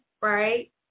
right